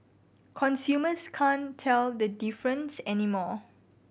consumers can't tell the difference anymore